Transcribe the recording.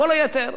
כל היתר,